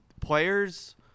players